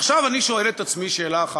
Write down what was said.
עכשיו אני שואל את עצמי שאלה אחת,